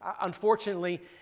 Unfortunately